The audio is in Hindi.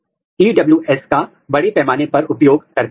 आमतौर पर हम एंटी डीआईजी एंटीबॉडी का उपयोग करते हैं